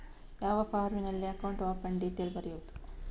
ಯಾವ ಫಾರ್ಮಿನಲ್ಲಿ account open detail ಬರೆಯುವುದು?